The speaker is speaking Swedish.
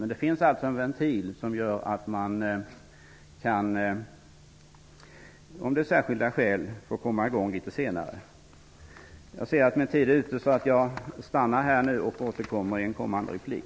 Men det finns alltså en ventil som gör att man kan få komma i gång litet senare om det finns särskilda skäl. Eftersom min taletid nu är ute slutar jag här och återkommer i en replik.